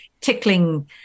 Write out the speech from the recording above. tickling